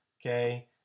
okay